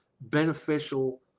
beneficial